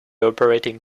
operating